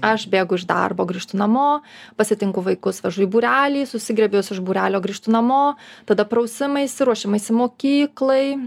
aš bėgu iš darbo grįžtu namo pasitinku vaikus vežu į būrelį susigriebiu juos iš būrelio grįžtu namo tada prausimaisi ruošimaisi mokyklai